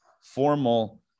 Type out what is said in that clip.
formal